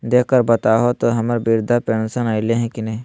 देख कर बताहो तो, हम्मर बृद्धा पेंसन आयले है की नय?